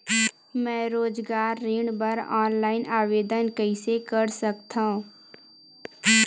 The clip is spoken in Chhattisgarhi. मैं रोजगार ऋण बर ऑनलाइन आवेदन कइसे कर सकथव?